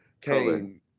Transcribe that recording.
came